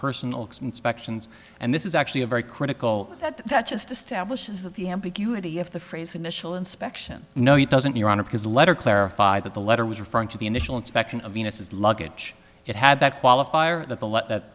personal inspections and this is actually a very critical that that just establishes that the ambiguity of the phrase initial inspection no it doesn't your honor because the letter clarified that the letter was referring to the initial inspection of venus's luggage it had that qualifier that the let th